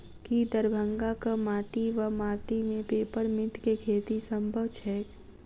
की दरभंगाक माटि वा माटि मे पेपर मिंट केँ खेती सम्भव छैक?